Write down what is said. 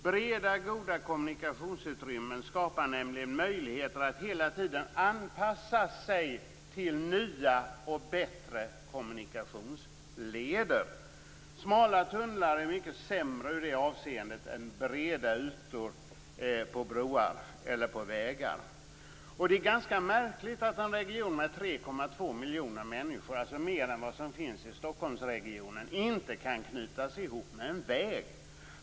Breda och goda kommunikationsutrymmen skapar nämligen möjligheter att hela tiden anpassa sig till nya och bättre kommunikationsleder. Smala tunnlar är mycket sämre i det avseendet än breda ytor, på broar eller på vägar. Det är ganska märkligt att en region med 3,2 miljoner människor, alltså mer än vad som finns i Stockholmsregionen, inte kan knytas ihop med en väg.